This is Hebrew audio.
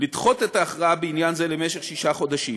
לדחות את ההכרעה בעניין זה לשישה חודשים,